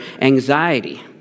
anxiety